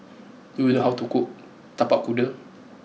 do you know how to cook Tapak Kuda